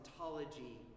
ontology